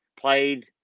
played